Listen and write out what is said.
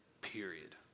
Period